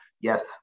yes